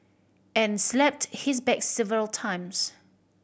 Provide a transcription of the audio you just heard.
and slapped his back several times